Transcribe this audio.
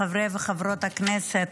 חברי וחברות הכנסת,